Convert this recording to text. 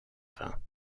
vingts